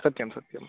सत्यं सत्यम्